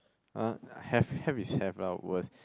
uh have have is have lah worse